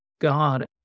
God